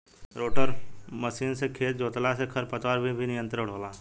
rotor machine से खेत जोतला से खर पतवार पर भी नियंत्रण होला